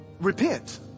repent